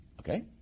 Okay